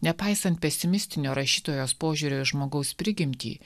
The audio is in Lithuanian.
nepaisant pesimistinio rašytojos požiūrio į žmogaus prigimtį